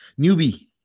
newbie